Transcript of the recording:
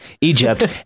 Egypt